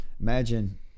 imagine